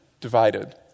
divided